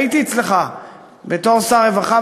הייתי אצלך בתור שר הרווחה,